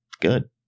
Good